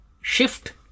shift